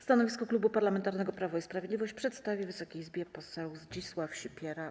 Stanowisko Klubu Parlamentarnego Prawo i Sprawiedliwość przedstawi Wysokiej Izbie poseł Zdzisław Sipiera.